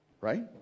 Right